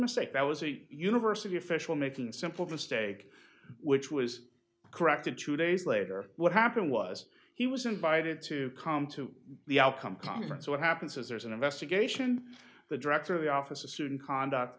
mistake that was a university official making simple mistake which was corrected two days later what happened was he was invited to come to the outcome conference so what happens is there's an investigation the director of the office a student conduct